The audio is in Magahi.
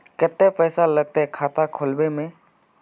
केते पैसा लगते खाता खुलबे में?